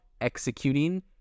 executing